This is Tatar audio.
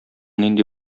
нинди